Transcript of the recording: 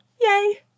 yay